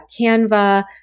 Canva